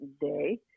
day